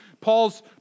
Paul's